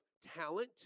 talent